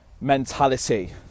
mentality